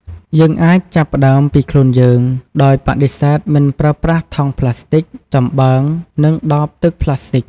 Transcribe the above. យើងអាចចាប់ផ្តើមពីខ្លួនយើង ដោយបដិសេធមិនប្រើប្រាស់ថង់ប្លាស្ទិក ចំបើង និងដបទឹកប្លាស្ទិក។